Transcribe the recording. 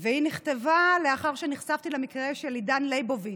והיא נכתבה לאחר שנחשפתי למקרה של עידן ליבוביץ',